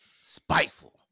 Spiteful